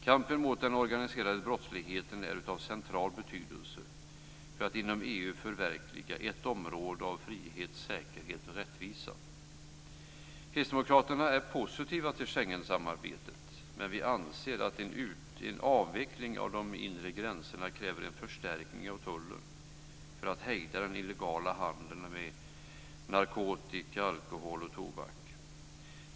Kampen mot den organiserade brottsligheten är av central betydelse för att inom EU förverkliga ett område av frihet, säkerhet och rättvisa. Kristdemokraterna är positiva till Schengensamarbetet, men vi anser att en avveckling av de inre gränserna kräver en förstärkning av tullen för att hejda den illegala handeln med narkotika, alkohol och tobak.